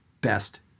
best